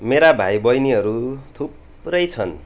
मेरा भाइ बैनीहरू थुप्रै छन्